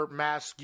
mask